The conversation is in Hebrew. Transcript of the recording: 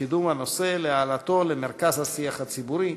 לקידום הנושא ולהעלאתו למרכז השיח הציבורי,